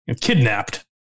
kidnapped